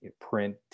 print